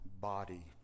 body